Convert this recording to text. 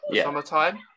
summertime